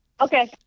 Okay